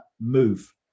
move